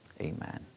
Amen